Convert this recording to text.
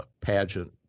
pageant